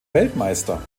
weltmeister